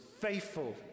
faithful